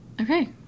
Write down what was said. Okay